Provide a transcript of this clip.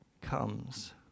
comes